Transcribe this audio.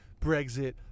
Brexit